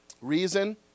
reason